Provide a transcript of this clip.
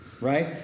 right